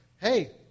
hey